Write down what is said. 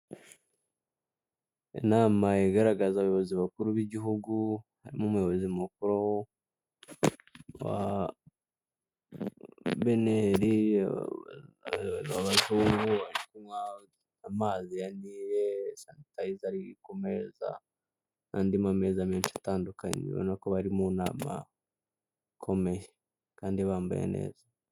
Inama igaragaza abayobozi bakuru b'igihugu, harimo umuyobozi mukuru wa beneri, abazungu bari kunywa amazi ya nile, sanitayiza iri ku meza, n'andi meza menshi atandukanye ubonako bari mu nama ikomeye kandi bambaye neza.